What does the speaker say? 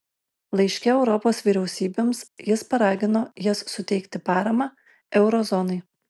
laiške europos vyriausybėms jis paragino jas suteikti paramą euro zonai